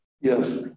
Yes